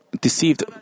deceived